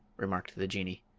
remarked the jinnee.